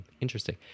interesting